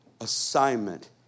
assignment